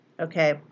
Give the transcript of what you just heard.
Okay